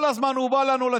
כל הזמן הוא בא לתקשורת